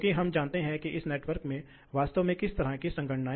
तो मैं करूंगा मैं फैन कर्व पर वापस जा रहा हूं